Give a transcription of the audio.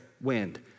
wind